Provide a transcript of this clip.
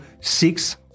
six